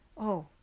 Oh